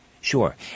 sure